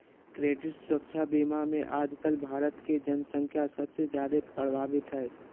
credit सुरक्षा बीमा मे आजकल भारत के जन्संख्या सबसे जादे प्रभावित हय